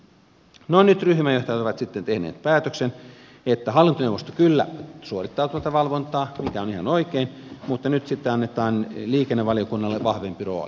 no nyt ryhmänjohtajat ovat sitten tehneet päätöksen että hallintoneuvosto kyllä suorittaa tuota valvontaa mikä on ihan oikein mutta nyt sitten annetaan liikennevaliokunnalle vahvempi rooli